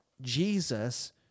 Jesus